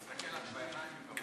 אסתכל לך בעיניים.